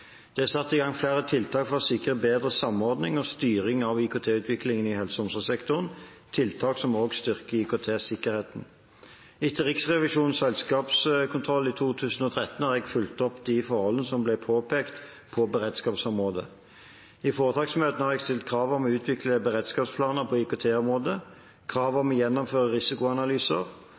Det er satt i gang flere tiltak for å sikre bedre samordning og styring av IKT-utviklingen i helse- og omsorgssektoren – tiltak som også styrker IKT-sikkerheten. Etter Riksrevisjonens selskapskontroll i 2013 har jeg fulgt opp de forholdene som ble påpekt på beredskapsområdet. I foretaksmøtene har jeg stilt krav om å utvikle beredskapsplaner på IKT-området, krav om å gjennomføre risikoanalyser,